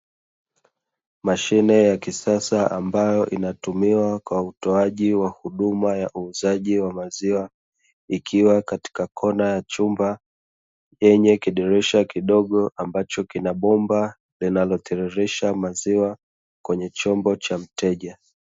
Mashine ya kisasa ambayo inatumiwa kwa utoaji wa huduma ya uuzaji wa maziwa, ikiwa katika kona ya chumba yenye kidirisha kidogo, ambacho kina bomba linalotiririsha maziwa kwenye chombo cha mteja.